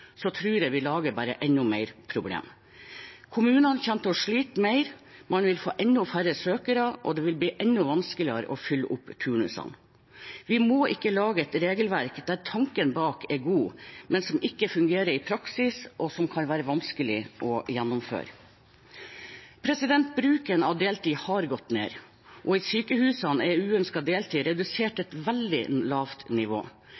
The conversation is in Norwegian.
tror jeg vi bare lager enda flere problemer. Kommunene kommer til å slite mer, man vil få enda færre søkere, og det vil bli enda vanskeligere å fylle opp turnusene. Vi må ikke lage et regelverk der tanken bak er god, men som ikke fungerer i praksis og kan være vanskelig å gjennomføre. Bruken av deltid har gått ned, og i sykehusene er uønsket deltid redusert til et veldig lavt nivå.